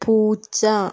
പൂച്ച